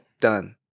Done